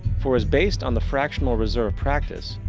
for, as based on the fractional reserve practice,